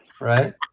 Right